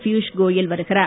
பியூஷ்கோயல் வருகிறார்